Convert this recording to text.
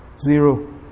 zero